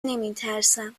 نمیترسم